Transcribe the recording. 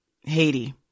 Haiti